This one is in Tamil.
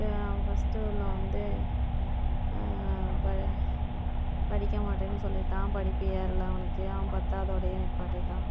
இப்போ ஃபர்ஸ்ட் உள்ளவன் வந்து பையன் படிக்க மாட்டேன்னு சொல்லிவிட்டான் படிப்பு ஏறல அவனுக்கு அவன் பத்தாவதோடேயே நிப்பாட்டிவிட்டான்